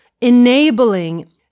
enabling